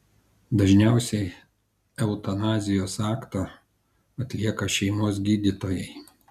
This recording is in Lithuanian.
dažniausiai eutanazijos aktą atlieka šeimos gydytojai